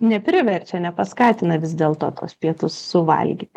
nepriverčia nepaskatina vis dėlto tuos pietus suvalgyti